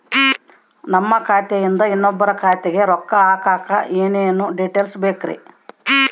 ನಮ್ಮ ಖಾತೆಯಿಂದ ಇನ್ನೊಬ್ಬರ ಖಾತೆಗೆ ರೊಕ್ಕ ಹಾಕಕ್ಕೆ ಏನೇನು ಡೇಟೇಲ್ಸ್ ಬೇಕರಿ?